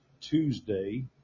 Tuesday